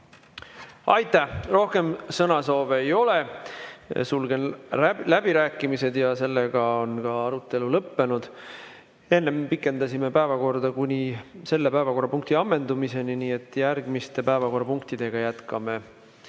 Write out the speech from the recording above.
Aitäh! Rohkem sõnasoove ei ole, sulgen läbirääkimised. Arutelu on lõppenud. Enne pikendasime päevakorda kuni selle päevakorrapunkti ammendumiseni, nii et järgmiste päevakorrapunktidega jätkame